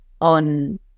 On